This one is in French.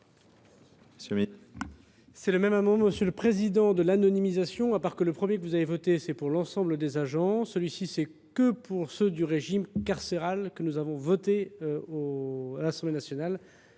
Monsieur le ministre.